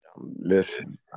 Listen